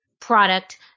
product